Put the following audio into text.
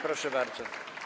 Proszę bardzo.